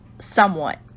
somewhat